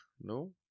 No